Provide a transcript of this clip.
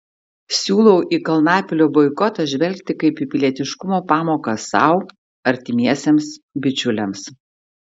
siūlau į kalnapilio boikotą žvelgti kaip į pilietiškumo pamoką sau artimiesiems bičiuliams